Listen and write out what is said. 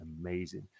amazing